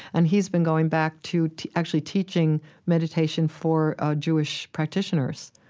and he's been going back to to actually teaching meditation for ah jewish practitioners,